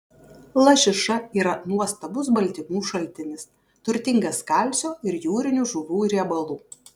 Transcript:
lašiša yra nuostabus baltymų šaltinis turtingas kalcio ir jūrinių žuvų riebalų